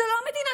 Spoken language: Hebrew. ואין דין